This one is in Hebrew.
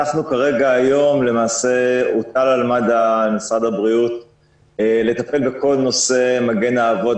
היום הוטל על מד"א על ידי משרד הבריאות לטפל בכל נושא "מגן האבות",